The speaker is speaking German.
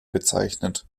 bezeichnet